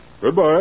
Goodbye